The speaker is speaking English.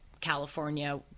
California